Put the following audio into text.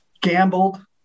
gambled